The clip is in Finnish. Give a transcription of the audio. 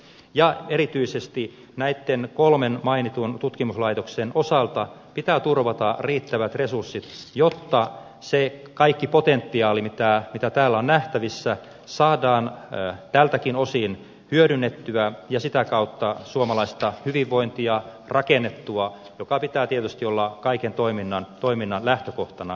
ja erityisesti näitten kolmen mainitun tutkimuslaitoksen osalta pitää turvata riittävät resurssit jotta se kaikki potentiaali mitä täällä on nähtävissä saadaan tältäkin osin hyödynnettyä ja saadaan sitä kautta rakennettua suomalaista hyvinvointia jonka pitää tietysti olla kaiken toiminnan lähtökohtana ja tarkoituksena